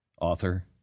Author